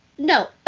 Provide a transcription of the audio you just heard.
No